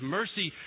mercy